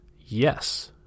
Yes